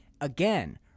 Again